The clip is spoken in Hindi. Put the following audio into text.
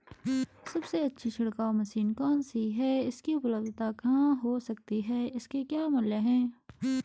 सबसे अच्छी छिड़काव मशीन कौन सी है इसकी उपलधता कहाँ हो सकती है इसके क्या मूल्य हैं?